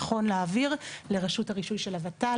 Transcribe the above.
נכון להעביר לרשות הרישוי של הוות"ל.